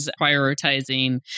prioritizing